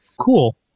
Cool